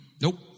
Nope